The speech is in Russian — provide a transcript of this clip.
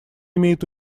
имеет